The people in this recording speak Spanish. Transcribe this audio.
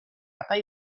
hay